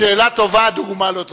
השאלה טובה, הדוגמה לא טובה.